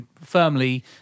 firmly